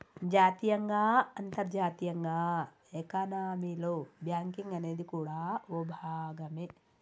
జాతీయంగా అంతర్జాతీయంగా ఎకానమీలో బ్యాంకింగ్ అనేది కూడా ఓ భాగమే